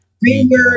Greenberg